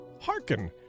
Hearken